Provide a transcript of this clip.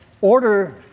order